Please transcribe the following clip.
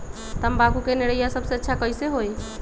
तम्बाकू के निरैया सबसे अच्छा कई से होई?